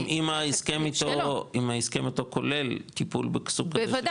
אם ההסכם איתו, כולל טיפול בסוג כזה של ליקויים.